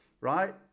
right